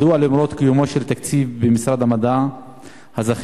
מדוע למרות קיומו של תקציב במשרד המדע הזכיין